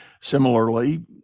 similarly